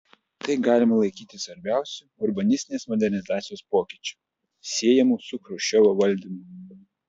tai galima laikyti svarbiausiu urbanistinės modernizacijos pokyčiu siejamu su chruščiovo valdymu